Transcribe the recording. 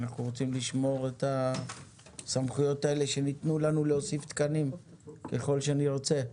אנחנו רוצים לשמור את הסמכויות האלה שנתנו לנו להוסיף תקנים ככל שנרצה.